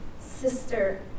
sister